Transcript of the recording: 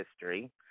history